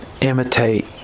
imitate